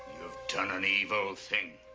you've done an evil thing.